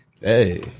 Hey